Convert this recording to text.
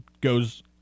goes